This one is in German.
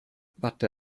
watte